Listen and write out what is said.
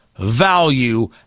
value